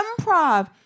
Improv